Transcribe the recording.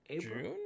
June